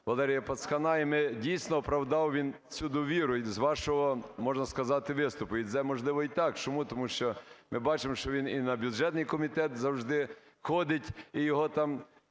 Валерія Пацкана, і ми... дійсно оправдав він цю довіру, із вашого, можна сказати, виступу. І це, можливо, і так. Чому? Тому що ми бачимо, що він і на бюджетний комітет завжди ходить, і його там